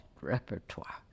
repertoire